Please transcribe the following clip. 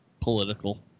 political